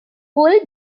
full